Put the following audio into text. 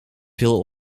veel